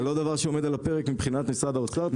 לא דבר שעומד על הפרק מבחינת משרד האוצר.